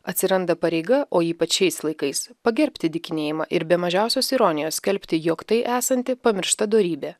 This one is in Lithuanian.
atsiranda pareiga o ypač šiais laikais pagerbti dykinėjimą ir be mažiausios ironijos skelbti jog tai esanti pamiršta dorybė